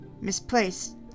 misplaced